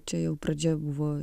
čia jau pradžia buvo